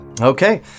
Okay